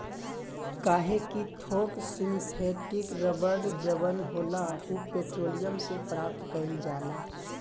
काहे कि थोक सिंथेटिक रबड़ जवन होला उ पेट्रोलियम से प्राप्त कईल जाला